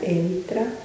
entra